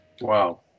wow